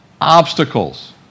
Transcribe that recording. obstacles